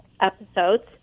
episodes